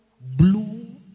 blue